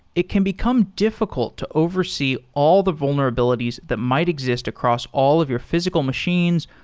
it can become diffi cult to oversee all the vulnerabilities that might exist across all of your physical machines,